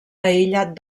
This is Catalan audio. aïllat